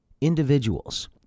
Individuals